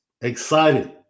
excited